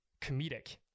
comedic